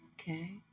Okay